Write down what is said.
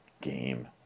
game